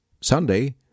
Sunday